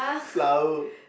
flour